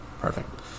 Perfect